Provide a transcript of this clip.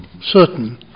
certain